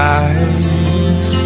eyes